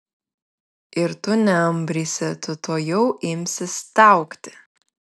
ir tu neambrysi tu tuojau imsi staugti